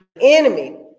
Enemy